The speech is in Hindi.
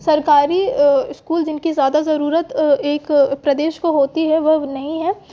सरकारी स्कूल जिनकी ज़्यादा ज़रूरत एक प्रदेश को होती है वह नहीं है